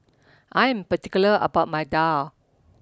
I am particular about my Daal